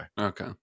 okay